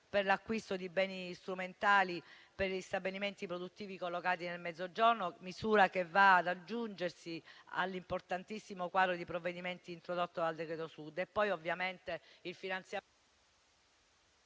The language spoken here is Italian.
per l'acquisto di beni strumentali per gli stabilimenti produttivi collocati nel Mezzogiorno, misura che si aggiunge all'importantissimo quadro di provvedimenti introdotto dal decreto Sud.